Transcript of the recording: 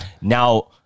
now